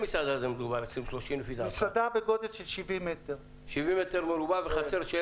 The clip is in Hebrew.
מסעדה בגודל של 70 מטר רבוע עם החצר.